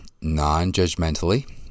non-judgmentally